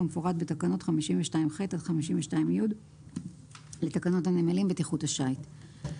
כמפורט בתקנות 52ח עד 52י לתקנות הנמלים בטיחות השיט.